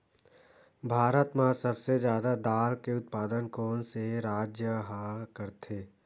भारत मा सबले जादा दाल के उत्पादन कोन से राज्य हा करथे?